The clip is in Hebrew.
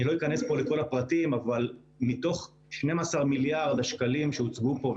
אני לא אכנס פה לכל הפרטים אבל מתוך 12 מיליארד השקלים שהוצגו פה,